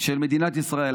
של מדינת ישראל.